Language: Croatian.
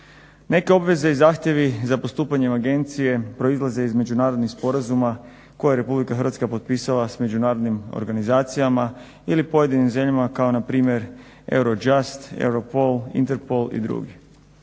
Neke obveze i zahtjevi za postupanje agencije proizlaze iz međunarodnih sporazuma, koje je Republika Hrvatska potpisala s međunarodnim organizacijama ili pojedinim zemljama kao npr. Eurojust, Eruopol, Interpol i drugi.